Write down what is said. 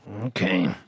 Okay